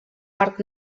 parc